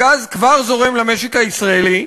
הגז כבר זורם למשק הישראלי,